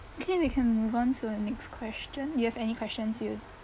okay we can move on to a next question you have any questions you